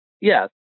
Yes